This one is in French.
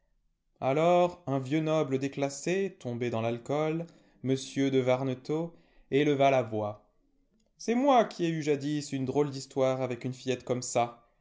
alors un vieux noble déclassé tombé dans l'alcool m de varnetot éleva la voix c'est moi qui ai eu jadis une drôle d'histoire avec une fillette comme ça